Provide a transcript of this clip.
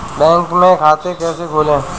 Bank में खाता कैसे खोलें?